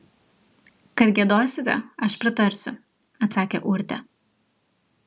kad giedosite aš pritarsiu atsakė urtė